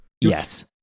Yes